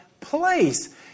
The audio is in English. place